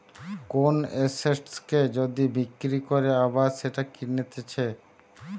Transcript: কোন এসেটকে যদি বিক্রি করে আবার সেটা কিনতেছে